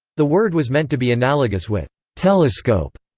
the word was meant to be analogous with telescope.